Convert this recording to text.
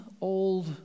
old